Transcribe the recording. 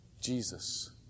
Jesus